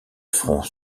front